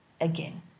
again